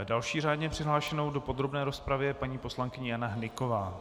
Další řádně přihlášenou do podrobné rozpravy je paní poslankyně Jana Hnyková.